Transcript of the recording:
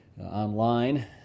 online